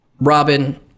robin